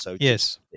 Yes